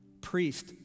priest